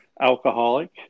alcoholic